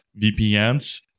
VPNs